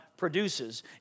produces